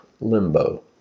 limbo